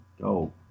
go